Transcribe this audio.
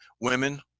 Women